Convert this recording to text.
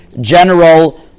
general